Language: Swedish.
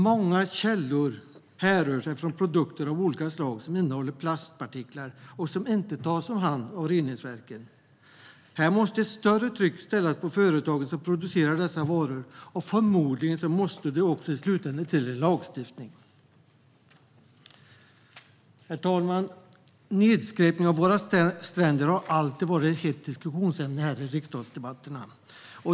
Mycket skräp härrör från produkter av olika slag som innehåller plastpartiklar och som inte tas om hand av reningsverken. Större tryck måste sättas på företagen som producerar dessa varor, och förmodligen måste det i slutändan till lagstiftning. Herr talman! Nedskräpningen av våra stränder har alltid varit ett hett diskussionsämne här i riksdagsdebatterna.